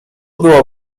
była